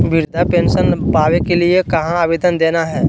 वृद्धा पेंसन पावे के लिए कहा आवेदन देना है?